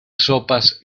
sopas